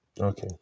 Okay